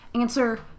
Answer